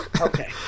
okay